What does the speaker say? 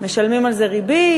משלמים על זה ריבית.